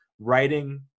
writing